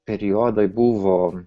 periodai buvo